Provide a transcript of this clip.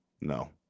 No